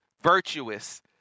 virtuous